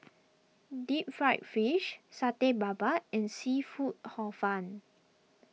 Deep Fried Fish Satay Babat and Seafood Hor Fun